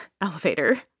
elevator